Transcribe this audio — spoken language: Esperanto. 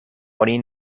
oni